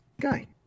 guy